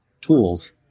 tools